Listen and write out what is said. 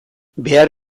behar